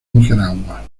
nicaragua